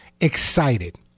excited